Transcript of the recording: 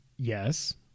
yes